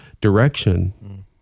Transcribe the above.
direction